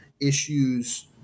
issues